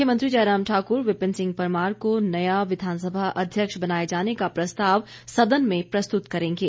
मुख्यमंत्री जयराम ठाकुर विपिन सिंह परमार को नया विधानसभा अध्यक्ष बनाए जाने का प्रस्ताव सदन में प्रस्तुत करेंगे